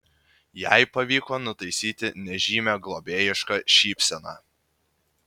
jai pavyko nutaisyti nežymią globėjišką šypseną